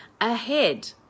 ahead